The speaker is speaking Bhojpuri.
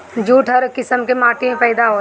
जूट हर किसिम के माटी में पैदा होला